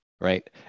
right